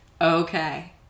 Okay